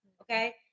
okay